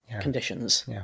conditions